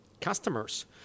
customers